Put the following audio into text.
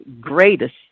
greatest